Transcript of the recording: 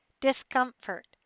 discomfort